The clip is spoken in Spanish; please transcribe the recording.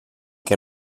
que